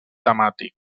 temàtic